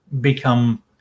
become